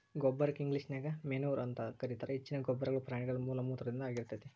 ಗೊಬ್ಬರಕ್ಕ ಇಂಗ್ಲೇಷನ್ಯಾಗ ಮೆನ್ಯೂರ್ ಅಂತ ಕರೇತಾರ, ಹೆಚ್ಚಿನ ಗೊಬ್ಬರಗಳು ಪ್ರಾಣಿಗಳ ಮಲಮೂತ್ರದಿಂದ ಆಗಿರ್ತೇತಿ